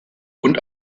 und